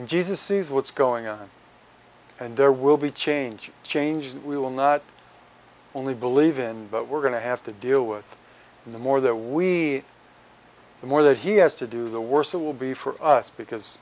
and jesus sees what's going on and there will be change change we will not only believe in but we're going to have to deal with the more that we the more that he has to do the worse it will be for us because